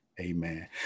Amen